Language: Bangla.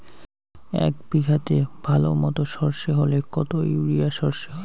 এক বিঘাতে ভালো মতো সর্ষে হলে কত ইউরিয়া সর্ষে হয়?